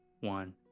one